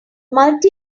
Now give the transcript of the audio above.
multi